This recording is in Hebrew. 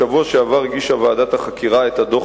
בשבוע שעבר הגישה ועדת החקירה את הדוח